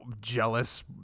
jealous